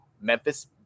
Memphis